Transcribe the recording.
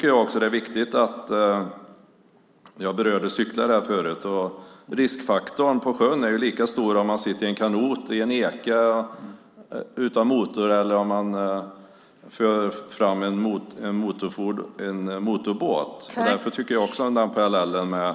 Jag berörde cyklar här förut. Riskfaktorn på sjön är lika stor om man sitter i en kanot eller i en eka utan motor som om man för fram en motorbåt. Man kan dra en parallell där.